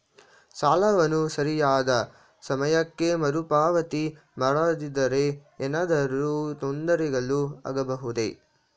ಸಾಲವನ್ನು ಸರಿಯಾದ ಸಮಯಕ್ಕೆ ಮರುಪಾವತಿ ಮಾಡದಿದ್ದರೆ ಏನಾದರೂ ತೊಂದರೆಗಳು ಆಗಬಹುದೇ?